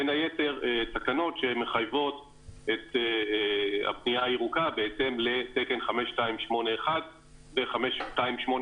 בין היתר תקנות שמחייבות את הבנייה הירוקה בהתאם לתקן 5281 ו-5282,